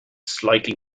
slightly